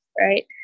right